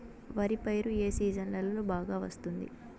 వరి పైరు ఏ సీజన్లలో బాగా వస్తుంది